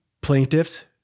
plaintiffs